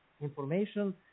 information